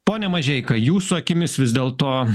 pone mažeika jūsų akimis vis dėlto